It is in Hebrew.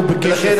לכן,